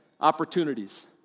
opportunities